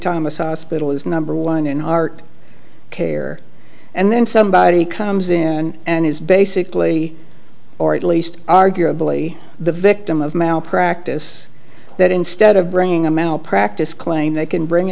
assad spittal is number one in art care and then somebody comes in and is basically or at least arguably the victim of malpractise that instead of bringing them out practice claim they can bring